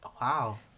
wow